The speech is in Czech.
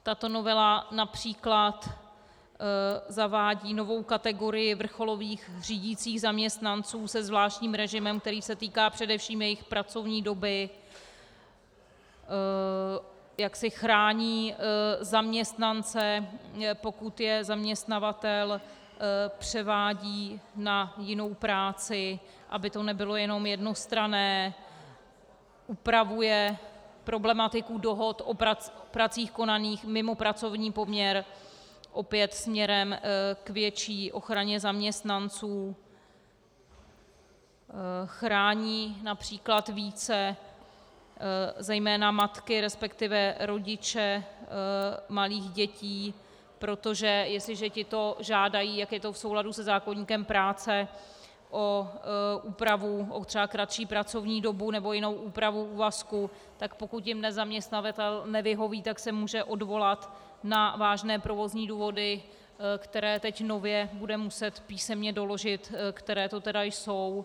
Tato novela např. zavádí novou kategorii vrcholových řídících zaměstnanců se zvláštním režimem, který se týká především jejich pracovní doby, jaksi chrání zaměstnance, pokud je zaměstnavatel převádí na jinou práci, aby to nebylo jenom jednostranné, upravuje problematiku dohod o pracích konaných mimo pracovní poměr opět směrem k větší ochraně zaměstnanců, chrání např. více zejména matky, resp. rodiče malých dětí, protože jestliže tito žádají, jak je to v souladu se zákoníkem práce, o úpravu, třeba o kratší pracovní dobu nebo jinou úpravu úvazku, tak pokud jim zaměstnavatel nevyhoví, tak se můžou odvolat na vážné provozní důvody, které teď nově budou muset písemně doložit, které to tedy jsou.